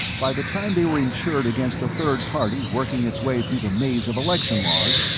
by the time they were insured against a third party working its way through the maze of election laws,